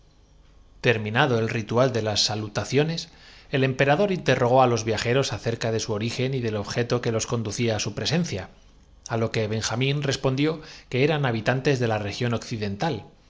terminado el ritual de las salutaciones el empera de la civilización dor interrogó á los viajeros acerca de su origen y del benjamín no se hizo repetir la orden y echando objeto que los conducía á su presencia á lo que ben mano á un saquito de noche que a prevención llevaba jamín respondió que eran habitantes de la región oc